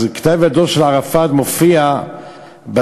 אז כתב ידו של ערפאת מופיע בצד,